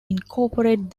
incorporate